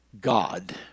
God